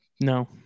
No